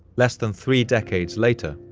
less than three decades later,